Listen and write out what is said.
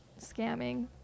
scamming